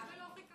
למה לא חוקקת